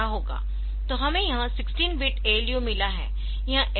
तो हमें यह 16 बिट ALU मिला है